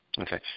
Okay